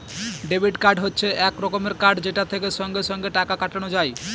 debit card হচ্ছে এক রকমের কার্ড যেটা থেকে সঙ্গে সঙ্গে টাকা কাটানো যায়